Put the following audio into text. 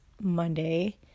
Monday